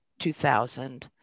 2000